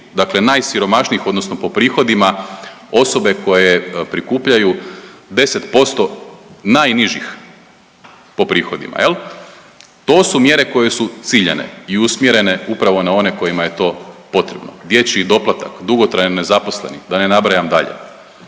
dakle najsiromašnijih odnosno po prihodima osobe koje prikupljaju 10% najnižih po prihodima jel. To su mjere koje su ciljane i usmjerene upravo na one kojima je to potrebno. Dječji doplatak, dugotrajno nezaposleni da ne nabrajam dalje.